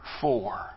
four